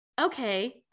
okay